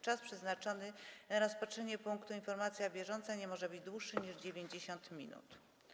Czas przeznaczony na rozpatrzenie punktu: Informacja bieżąca nie może być dłuższy niż 90 minut.